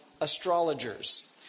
astrologers